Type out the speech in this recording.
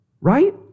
right